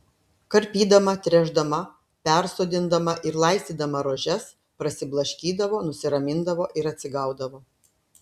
karpydama tręšdama persodindama ir laistydama rožes prasiblaškydavo nusiramindavo ir atsigaudavo